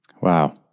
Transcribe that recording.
Wow